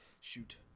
Shoot